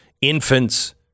infants